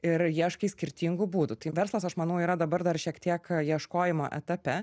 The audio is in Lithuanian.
ir ieškai skirtingų būdų tai verslas aš manau yra dabar dar šiek tiek ieškojimo etape